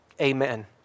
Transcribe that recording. Amen